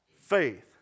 Faith